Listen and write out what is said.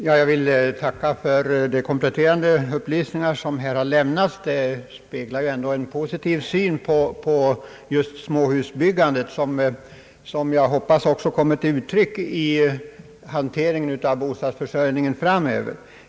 Herr talman! Jag tackar för de kompletterande upplysningar som här har lämnats. De speglar ju ändå en positiv syn på just småhusbyggandet, som jag hoppas också kommer till uttryck i hanteringen av bostadsförsörjningen framöver.